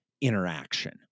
interaction